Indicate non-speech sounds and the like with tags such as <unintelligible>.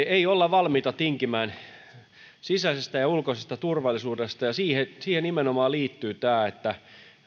<unintelligible> ei olla valmiita tinkimään sisäisestä ja ulkoisesta turvallisuudesta ja siihen siihen nimenomaan liittyy tämä että